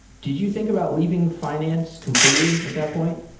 did you think about leaving fi nance completely at that point?